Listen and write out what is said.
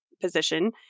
Position